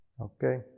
Okay